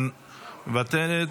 מוותרת,